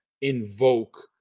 invoke